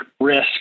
risk